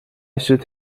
should